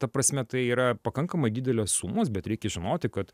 ta prasme tai yra pakankamai didelės sumos bet reikia žinoti kad